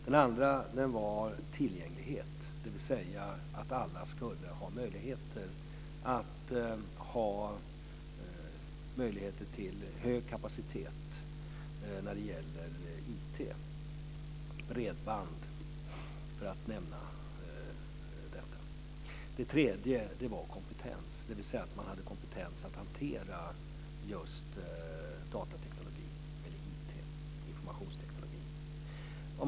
Den andra frågan gäller tillgänglighet, dvs. att alla ska ha möjligheter till hög kapacitet när det gäller IT - bredband, för att nämna detta. Den tredje frågan gäller kompetens, att man har kompetens att hantera just datateknik - eller IT, informationsteknik.